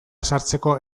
ezartzeko